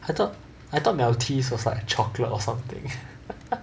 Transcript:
I thought I thought Maltese was like a chocolate or something